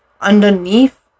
underneath